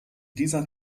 dieser